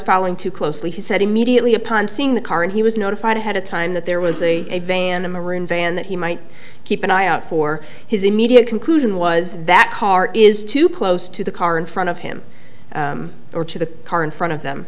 following too closely he said immediately upon seeing the car and he was notified ahead of time that there was a van a maroon van that he might keep an eye out for his immediate conclusion was that car is too close to the car in front of him or to the car in front of them